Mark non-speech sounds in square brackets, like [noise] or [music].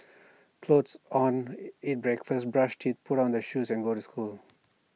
clothes on [noise] eat breakfast brush teeth put on the shoes and go to school